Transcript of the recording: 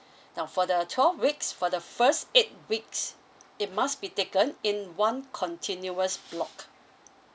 now for the twelve weeks for the first eight weeks it must be taken in one continuous block